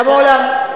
לא היה מעולם,